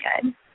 good